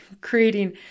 creating